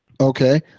Okay